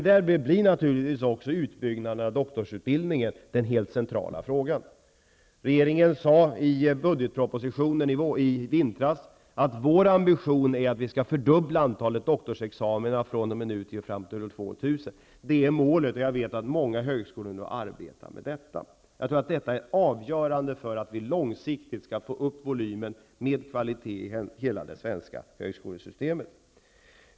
Därmed blir naturligtvis utbyggnaden av doktorsutbildningen den helt centrala frågan. I budgetpropositionen uttalade regeringen i vintras att vår ambition är att antalet doktorsexamina skall fördubblas fr.o.m. nu fram till år 2000. Det är målet, och jag vet att många högskolor nu arbetar för detta. Jag tror att detta är avgörande för att vi långsiktigt skall kunna öka volymen med bibehållen kvalitet i hela det svenska högskolesystemet.